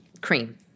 cream